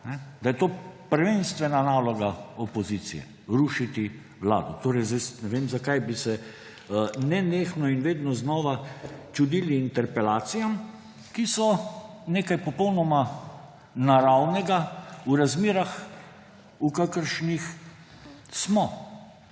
da je to prvenstvene naloga opozicije: rušiti vlado. Sedaj ne vem, zakaj bi se nenehno in znova čudili interpelacijam, ki so nekaj popolnoma naravnega v razmerah, v kakršnih smo,